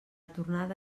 tornada